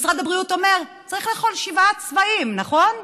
משרד הבריאות אומר: צריך לאכול שבעה צבעים, נכון?